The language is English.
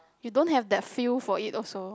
you don't have the feel for it also